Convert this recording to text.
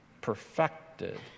perfected